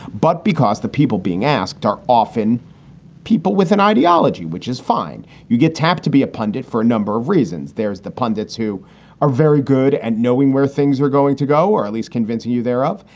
but because the people being asked are often people with an ideology which is fine. you get tapped to be a pundit for a number of reasons. there's the pundits who are very good at and knowing where things are going to go, or at least convincing you thereof.